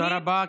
תודה רבה,